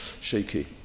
shaky